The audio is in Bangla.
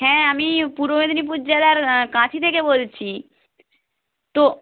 হ্যাঁ আমি পূর্ব মেদিনীপুর জেলার কাঁথি থেকে বলছি তো